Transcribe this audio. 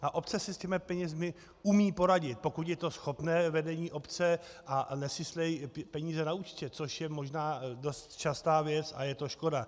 A obce si s těmi penězi umí poradit, pokud je to schopné vedení obce a nesyslí peníze na účtě, což je možná dost častá věc a je to škoda.